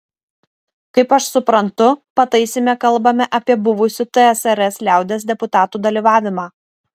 kaip aš suprantu pataisyme kalbame apie buvusių tsrs liaudies deputatų dalyvavimą